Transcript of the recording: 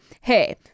hey